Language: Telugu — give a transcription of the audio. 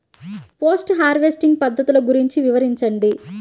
పోస్ట్ హార్వెస్టింగ్ పద్ధతులు గురించి వివరించండి?